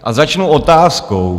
A začnu otázkou.